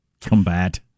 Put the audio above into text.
combat